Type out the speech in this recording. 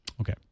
Okay